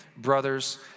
brothers